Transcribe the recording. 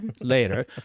later